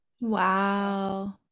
wow